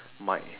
mic